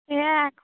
এয়াই